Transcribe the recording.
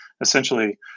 Essentially